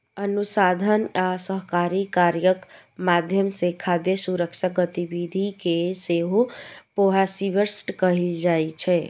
अनुसंधान आ सहकारी कार्यक माध्यम सं खाद्य सुरक्षा गतिविधि कें सेहो प्रीहार्वेस्ट कहल जाइ छै